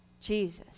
Jesus